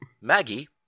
Maggie